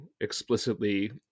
explicitly